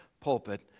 pulpit